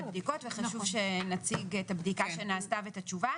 הבדיקות וחשוב שנציג את הבדיקה שנעשתה ואת התשובה,